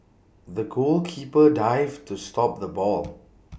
the goalkeeper dived to stop the ball